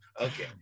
Okay